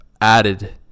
added